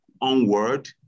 onward